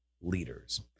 leaders